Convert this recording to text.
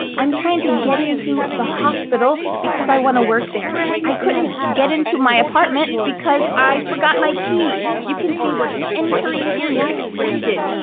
i'm trying to get into the hospital because i want to work there. i couldn't get into my apartment because i forgot my key. you can see we're entering here you're accepted.